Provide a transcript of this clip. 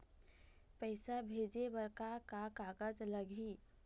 पैसा भेजे बर का का कागज लगही?